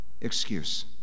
excuse